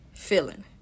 feeling